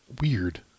weird